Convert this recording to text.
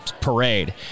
Parade